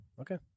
Okay